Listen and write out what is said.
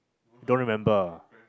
don't remember ah